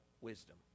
wisdom